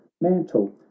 mantle